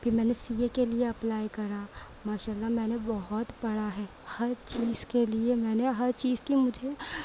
پھر میں نے سی اے کے لئے اپلائی کرا ماشا اللہ میں نے بہت پڑھا ہے ہر چیز کے لئے میں نے ہر چیز کی مجھے